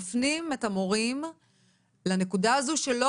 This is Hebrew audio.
מפנים בעצם את המורים לנקודה הזו שלא